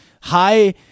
high